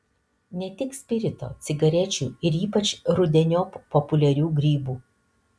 ne tik spirito cigarečių ir ypač rudeniop populiarių grybų